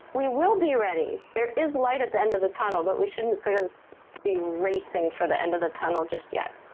we will be ready. there is light at the end of the tunnel, but we shouldn't sort of be racing for the end of the tunnel just yet.